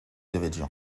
devedjian